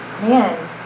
man